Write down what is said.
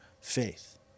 faith